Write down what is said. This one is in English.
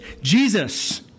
Jesus